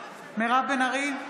מירב בן ארי,